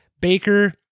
Baker